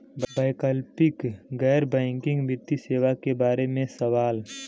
वैकल्पिक गैर बैकिंग वित्तीय सेवा के बार में सवाल?